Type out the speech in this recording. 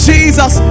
Jesus